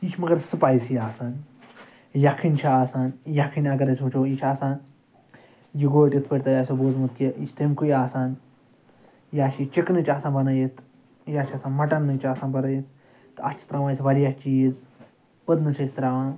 یہ چھِ مگر سٕپایسی آسان یَکھٕنۍ چھِ آسان یَکھٕنۍ اگر أسۍ وٕچھو یہِ چھِ آسان یہِ گوٚو یِتھ پٲٹھۍ تۄہہِ آسیو بوٗزمُت کہِ یہِ چھِ تَمۍکُے آسان یا چھِ یہِ چِکنٕچ آسان بَنٲیِتھ یا چھِ آسان مَٹَنٕچ آسان بَنٲیِتھ تہٕ اَتھ چھِ ترٛاوان أسۍ واریاہ چیٖز پٕدنہٕ چھِ أسۍ ترٛاوان